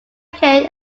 kane